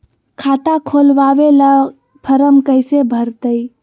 खाता खोलबाबे ला फरम कैसे भरतई?